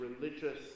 religious